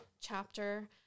chapter